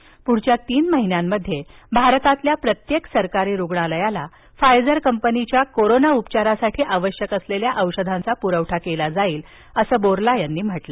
प्ढील तीन महिन्यांमध्ये भारतातल्या प्रत्येक सरकारी रुग्णालयाला फायझर कंपनीच्या कोरोना उपचारासाठी आवश्यक असलेल्या औषधांचा पुरवठा केला जाईलअसं बोर्ला यांनी सांगितलं